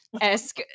esque